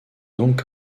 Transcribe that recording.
donc